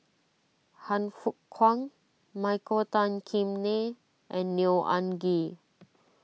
Han Fook Kwang Michael Tan Kim Nei and Neo Anngee